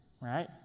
right